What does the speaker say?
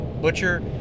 butcher